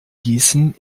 gießen